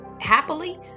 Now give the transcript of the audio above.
happily